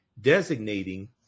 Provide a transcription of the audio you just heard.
designating